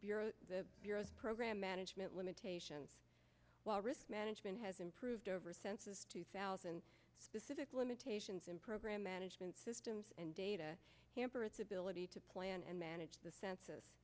bureau the bureau's program management limitations while risk management has improved over census two thousand specific limitations in program management systems and data hamper its ability to plan and manage the census